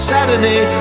Saturday